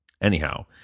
anyhow